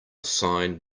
sign